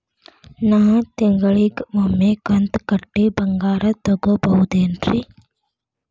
ನಾ ತಿಂಗಳಿಗ ಒಮ್ಮೆ ಕಂತ ಕಟ್ಟಿ ಬಂಗಾರ ತಗೋಬಹುದೇನ್ರಿ?